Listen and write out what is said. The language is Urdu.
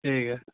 ٹھیک ہے